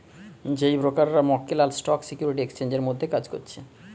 যেই ব্রোকাররা মক্কেল আর স্টক সিকিউরিটি এক্সচেঞ্জের মধ্যে কাজ করছে